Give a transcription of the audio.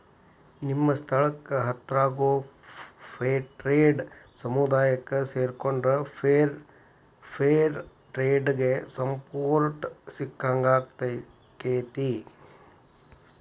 ನಿಮ್ಮ ಸ್ಥಳಕ್ಕ ಹತ್ರಾಗೋ ಫೇರ್ಟ್ರೇಡ್ ಸಮುದಾಯಕ್ಕ ಸೇರಿಕೊಂಡ್ರ ಫೇರ್ ಟ್ರೇಡಿಗೆ ಸಪೋರ್ಟ್ ಸಿಕ್ಕಂಗಾಕ್ಕೆತಿ